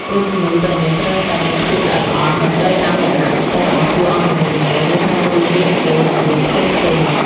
រូបគំនូរទាំងនេះត្រូវតែមានភាពល្អិតល្អន់ និងត្រូវតាមលក្ខណៈពិសេសរបស់តួអង្គនីមួយៗនៅក្នុងរឿងរាមកេរ្តិ៍ និងរឿងផ្សេងៗ។